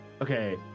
okay